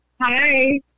Hi